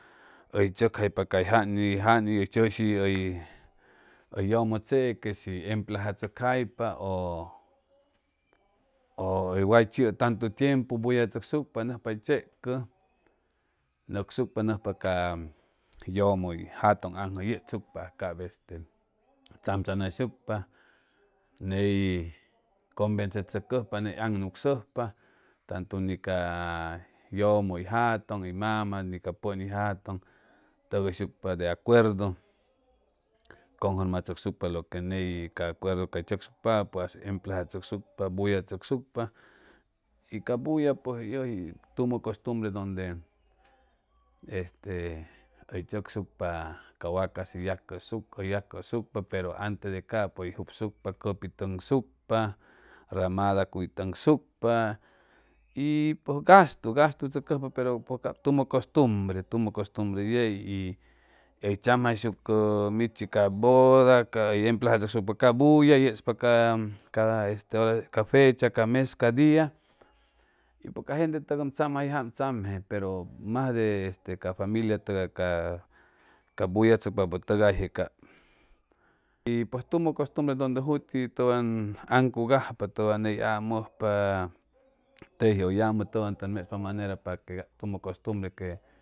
Hʉy tzʉcjaypa cay jan jan y hʉy tzʉshi hʉy yʉmʉ tzeque si hʉy emplazachʉcjaypa ʉ ʉ way chiʉ tantu tiempu bulla tzʉcsucpa nʉcspa hʉy tzecʉ nʉcsucpa nʉcspa ca yʉmʉ hʉy jatʉŋ aŋjʉ yechsucpa aj cap este tzamtzamnayhucpa ney cʉmvencechʉcʉjpa ney aŋnucsʉjpa tantu ni ca yʉmʉ hʉy jatʉŋ hʉy mama ni ca pʉn hʉy jatʉŋ tʉgʉysucpa de acuerdo cʉnfʉrmachʉcsucpa lo que ney ca avcuerdu cay tzʉcsucpapʉ emplazachʉcsucpa bulla tzʉcsucpa y ca bulla pues yʉji tumʉ costumbre donde este hʉy tzʉcsucpa ca wacas hʉy yacʉsucʉ hʉy yacʉsucpa pero antes de capʉ hʉy jupsucpa cʉypi tʉŋsucpa ramada cuy tʉŋsucpa y pʉj gastu gastu tzʉcʉjpa pero pʉj cap tumʉ costumbre tumʉ costmbre yei y hʉy tzamjayshucʉ michi ca boda cay emplazachʉcsucpa ca bulla yechpa ca ca este ca fecha ca mes ca dia y pʉj ca gente ʉm tzamjayʉ jam tzamje pero masde este ca familia tʉgay ca ca bulla tzʉcpapʉ tʉgayje cap y pues tumʉ costumbre donde juti tʉwan aŋcugajpa tʉwan ney amʉjpa teji ʉ yamʉ tʉwan tʉn mechpa manera para que cap tumʉ costumbre que